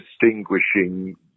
distinguishing